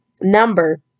number